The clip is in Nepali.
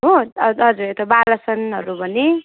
हो हजुर हजुर यता बालासनहरू भन्ने